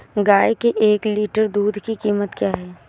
गाय के एक लीटर दूध की कीमत क्या है?